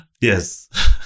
Yes